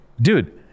dude